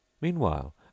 Meanwhile